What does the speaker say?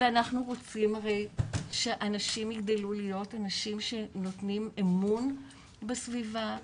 ואנחנו רוצים הרי שאנשים יגדלו להיות אנשים שנותנים אמון בסביבה,